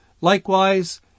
likewise